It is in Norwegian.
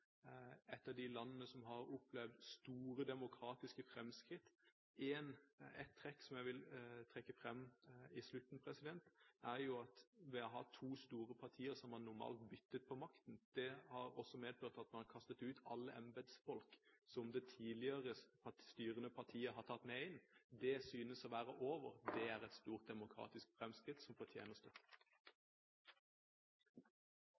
et av de landene som har opplevd store demokratiske framskritt. Ett trekk som jeg vil trekke fram til slutt, er at det å ha to store partier som normalt har byttet på makten, og som har medført at man har kastet ut alle embetsfolk som det tidligere styrende partiet har tatt med inn, synes å være over. Det er et stort demokratisk framskritt som fortjener støtte.